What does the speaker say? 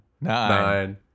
nine